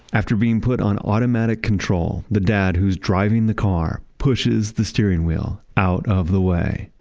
after being put on automatic control, the dad, who's driving the car, pushes the steering wheel out of the way